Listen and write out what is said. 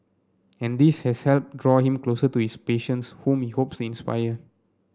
and this has helped draw him closer to his patients whom he hopes to inspire